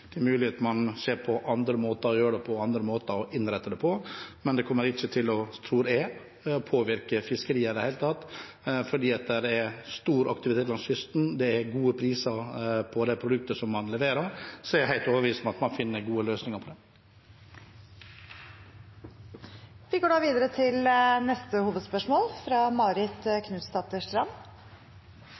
Det er mulig at man ser på andre måter å gjøre det på, andre måter å innrette det på, men det kommer ikke, tror jeg, til å påvirke fiskeriet i det hele tatt, for det er stor aktivitet langs kysten, og det er gode priser på de produktene man leverer, så jeg er helt overbevist om at man finner gode løsninger. Vi går videre til neste hovedspørsmål.